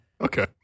Okay